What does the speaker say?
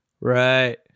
Right